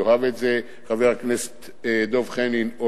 יאהב את זה חבר הכנסת דב חנין,